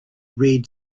read